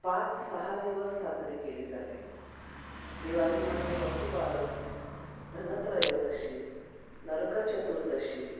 पाच सहा दिवस साजरी केली जाते दिवाळीमध्ये वसूबारस धनत्रयोदशी नरकचतुर्दशी